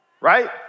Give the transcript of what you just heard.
Right